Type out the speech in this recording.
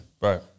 right